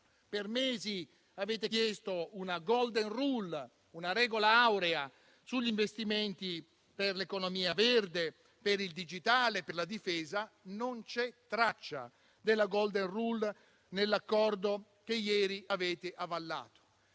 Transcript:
Per mesi avete chiesto una *golden rule*, una regola aurea sugli investimenti per l'economia verde, per il digitale e per la difesa. Non c'è traccia della *golden rule* nell'accordo che ieri avete avallato.